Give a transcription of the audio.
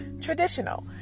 traditional